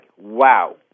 wow